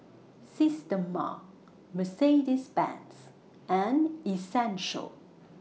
Systema Mercedes Benz and Essential